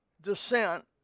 descent